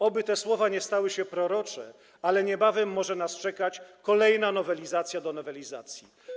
Oby te słowa nie stały się prorocze, ale niebawem może nas czekać kolejna nowelizacja do nowelizacji.